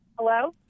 Hello